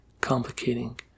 complicating